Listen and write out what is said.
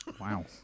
wow